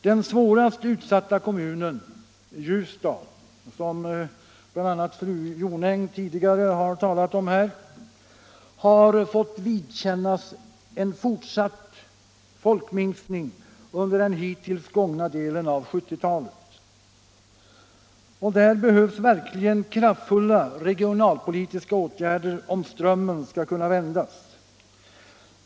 Den svårast utsatta kommunen, Ljusdal, som bl.a. fru Jonäng tidigare talat om, har fått vidkännas fortsatt folkminskning under den hittills gångna delen av 1970-talet. Här behövs verkligen kraftfulla regionalpolitiska åtgärder om strömmen skall kunna vändas.